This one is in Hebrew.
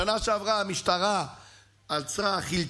בשנה שעברה המשטרה חילטה,